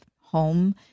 home